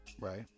right